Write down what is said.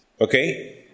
Okay